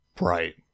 Right